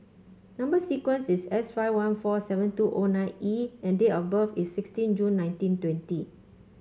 number sequence is S five one four seven two O nine E and date of birth is sixteen June nineteen twenty